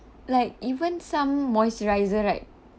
like even some moisturizer right